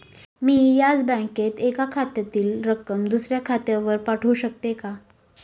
मी याच बँकेत एका खात्यातील रक्कम दुसऱ्या खात्यावर पाठवू शकते का?